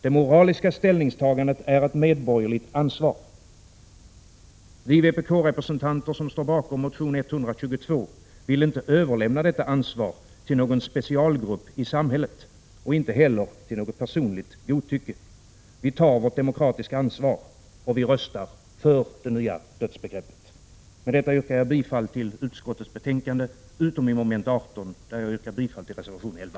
Det moraliska ställningstagandet är ett medborgerligt ansvar. Vi vpk-representanter som står bakom motion 122 vill inte överlämna detta ansvar till någon specialgrupp i samhället, inte heller till något personligt godtycke. Vi tar vårt demokratiska ansvar, och vi röstar för det nya dödsbegreppet. Med detta yrkar jag bifall till utskottets hemställan, utom i mom. 18, där jag yrkar bifall till reservation 11.